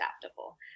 adaptable